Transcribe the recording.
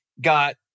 got